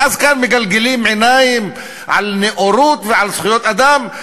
ואז כאן מגלגלים עיניים על נאורות ועל זכויות אדם,